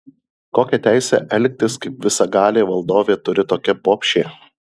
kokią teisę elgtis kaip visagalė valdovė turi tokia bobšė